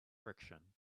friction